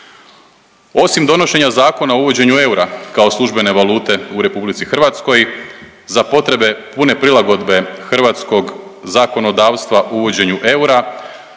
Osim donošenja Zakona o uvođenju eura kao službene valute u RH za potrebe pune prilagodbe hrvatskog zakonodavstva uvođenju eura